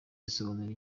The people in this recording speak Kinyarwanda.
risobanura